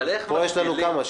פה יש לנו כמה?